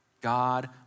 God